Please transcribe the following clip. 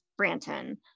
Branton